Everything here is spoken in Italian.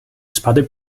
spade